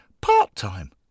part-time